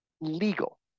legal